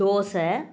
dosa